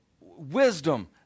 wisdom